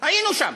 היינו שם.